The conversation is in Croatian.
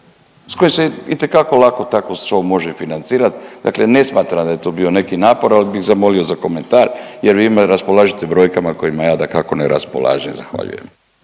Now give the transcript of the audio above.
s kojim se itekako lako tako …/Govornik se ne razumije/…može financirat, dakle ne smatram da je to bio neki napor, al bih zamolio za komentar jer vi raspolažete brojkama kojima ja dakako ne raspolažem, zahvaljujem.